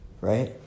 right